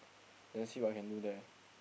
then see what I can do there